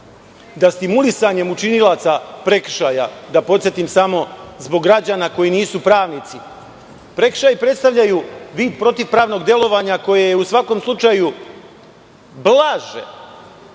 da stimulisanjem učinilaca prekršaja, da podsetim samo zbog građana koji nisu pravnici, prekršaj predstavljaju protiv pravnog delovanja koje je u svakom slučaju blaže,